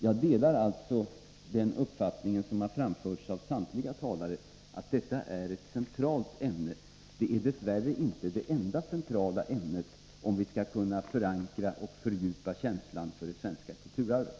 Jag delar alltså den uppfattning som har framförts av samtliga talare, nämligen att detta är ett centralt ämne. Dess värre är det inte det enda centrala ämnet, om vi skall kunna förankra och fördjupa känslan för det svenska kulturarvet.